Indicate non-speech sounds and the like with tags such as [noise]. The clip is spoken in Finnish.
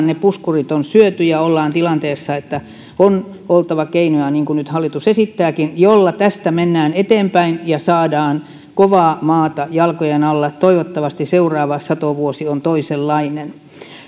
[unintelligible] ne puskurit on syöty ja ollaan tilanteessa että on oltava keinoja niin kuin hallitus nyt esittääkin joilla tästä mennään eteenpäin ja saadaan kovaa maata jalkojen alle toivottavasti seuraava satovuosi on toisenlainen